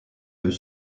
eux